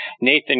Nathan